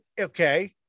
Okay